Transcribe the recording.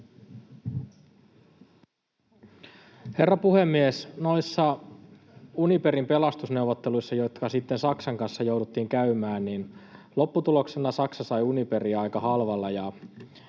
Herra puhemies! Noissa Uniperin pelastusneuvotteluissa, jotka sitten Saksan kanssa jouduttiin käymään, lopputuloksena Saksa sai Uniperin aika halvalla